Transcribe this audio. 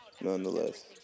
Nonetheless